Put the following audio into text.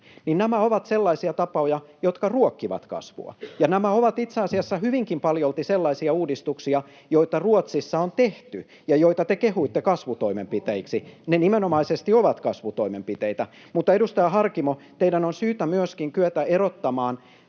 ovat sellaisia tapoja, jotka ruokkivat kasvua. Ja nämä ovat itse asiassa hyvinkin paljolti sellaisia uudistuksia, joita Ruotsissa on tehty ja joita te kehuitte kasvutoimenpiteiksi. Ne nimenomaisesti ovat kasvutoimenpiteitä. Edustaja Harkimo, teidän on syytä myöskin kyetä erottamaan